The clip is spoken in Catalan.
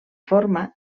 forma